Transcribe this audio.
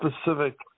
specific